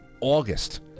august